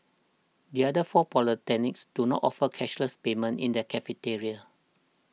the other four polytechnics do not offer cashless payment in their cafeterias